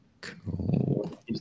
cool